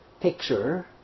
picture